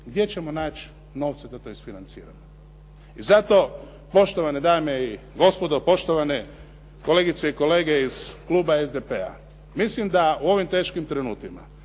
gdje ćemo naći novce da to isfinanciramo. I zato, poštovane dame i gospodo, poštovane kolegice i kolege iz kluba SDP-a. Mislim da u ovim teškim trenucima